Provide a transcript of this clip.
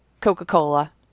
Coca-Cola